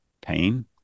pain